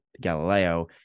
Galileo